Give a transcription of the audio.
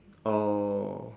oh